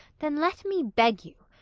then let me beg you,